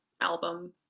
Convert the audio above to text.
album